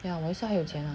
yeah 我现在还有钱 ah